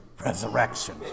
resurrection